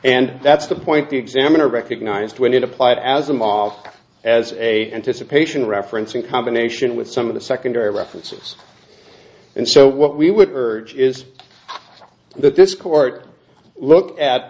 and that's the point the examiner recognized when it applied as a mosque as a anticipation reference in combination with some of the secondary references and so what we would urge is that this court look at